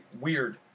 weird